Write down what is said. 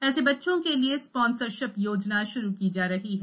ऐसे बच्चों के लिए स्पॉन्सरशिप योजना शुरू की जा रही है